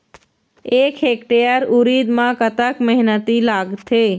एक हेक्टेयर उरीद म कतक मेहनती लागथे?